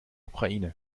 ukraine